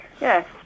Yes